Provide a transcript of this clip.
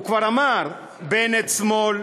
הוא כבר אמר: בנט שמאל,